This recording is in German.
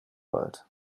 wald